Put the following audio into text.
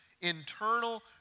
internal